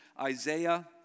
Isaiah